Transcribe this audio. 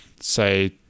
say